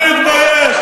אני אתבייש?